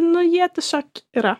nu jie tiesiog yra